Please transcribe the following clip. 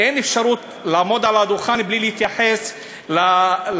אין אפשרות לעמוד על הדוכן בלי להתייחס להתנצלות-לכאורה